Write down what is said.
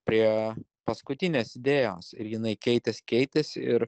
prie paskutinės idėjos ir jinai keitės keitės ir